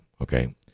Okay